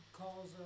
calls